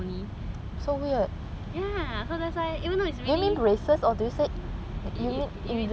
ya so that's why even though it's